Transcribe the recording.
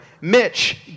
Mitch